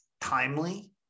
timely